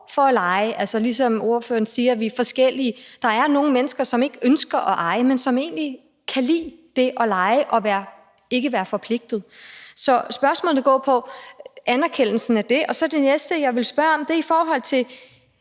for at leje, altså ligesom ordføreren siger, at vi er forskellige. Der er nogle mennesker, som ikke ønsker at eje, men som egentlig kan lide det at leje og ikke være forpligtet. Så spørgsmålet går på anerkendelsen af det. Den anden ting, jeg vil spørge om, er i forhold til